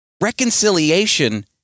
reconciliation